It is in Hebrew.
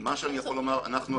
כשאני אומר "אנחנו",